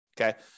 Okay